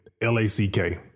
L-A-C-K